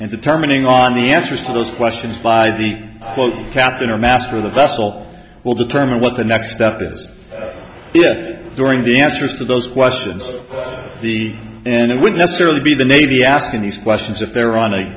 and determining on the answers to those questions by the captain or master the vessel will determine what the next step this during the answers to those questions the and it would necessarily be the navy asking these questions if they're on a